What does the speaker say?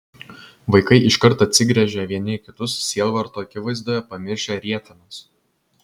vaikai iškart atsigręžė vieni į kitus sielvarto akivaizdoje pamiršę rietenas